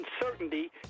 uncertainty